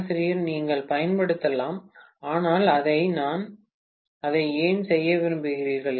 பேராசிரியர் நீங்கள் பயன்படுத்தலாம் ஆனால் அதை ஏன் செய்ய விரும்புகிறீர்கள்